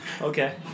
Okay